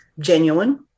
genuine